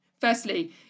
Firstly